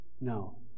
No